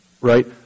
right